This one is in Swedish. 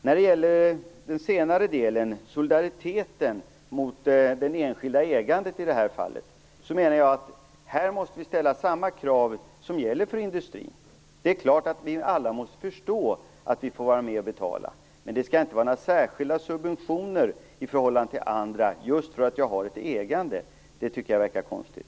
När det gäller solidariteten mot det enskilda ägandet, menar jag att vi måste ställa samma krav här som gäller för industrin. Det är klart att vi alla måste förstå att vi får vara med och betala. Men det skall inte vara några särskilda subventioner i förhållande till andra, just för att jag har ett ägandet. Det tycker jag verkar konstigt.